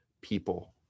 people